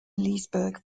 leesburg